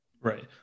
Right